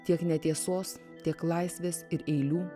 tiek netiesos tiek laisvės ir eilių